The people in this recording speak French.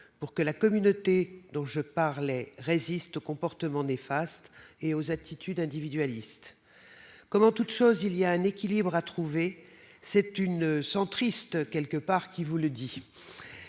pour que les communautés dont je parlais résistent aux comportements néfastes et aux attitudes individualistes. Comme en toute chose, il y a un équilibre à trouver : c'est une centriste qui vous le dit.